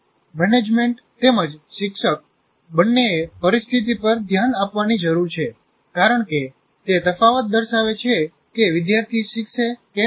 management તેમજ શિક્ષક બંનેએ પરિસ્થિતિ પર ધ્યાન આપવાની જરૂર છે કારણ કે તે તફાવત દર્શાવે છે કે વિદ્યાર્થી શીખશે કે નહીં